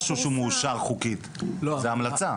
זה לא משהו שמאושר חוקית, זה המלצה.